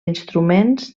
instruments